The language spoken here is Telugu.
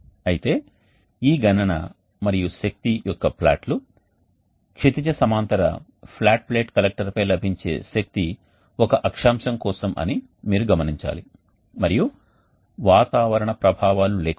అయితే ఈ గణన మరియు శక్తి యొక్క ప్లాట్లు క్షితిజ సమాంతర ఫ్లాట్ ప్లేట్ కలెక్టర్పై లభించే శక్తి ఒక అక్షాంశం కోసం అని మీరు గమనించాలి మరియు వాతావరణ ప్రభావాలు లేకుండా